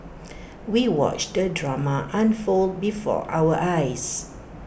we watched the drama unfold before our eyes